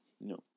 No